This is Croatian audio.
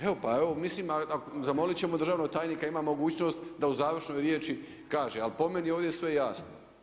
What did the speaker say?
Evo pa evo mislim a zamoliti ćemo državnog tajnika ima mogućnost da u završnoj riječi kaže ali po meni je ovdje sve jasno.